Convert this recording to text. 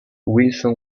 wilson